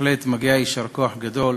בהחלט מגיע יישר כוח גדול